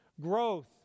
Growth